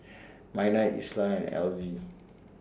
Minor Isla and Elzy